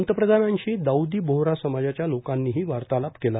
पंतप्रधानांशी दाऊदी बोहरा समाजाच्या लोकांनीही वार्तालाप केला